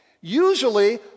Usually